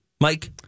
Mike